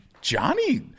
Johnny